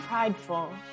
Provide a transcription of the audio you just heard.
prideful